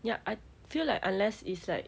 ya I feel like unless is like